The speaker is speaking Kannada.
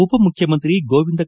ಉಪಮುಖ್ಯಮಂತ್ರಿ ಗೋವಿಂದ ಎಂ